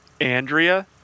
Andrea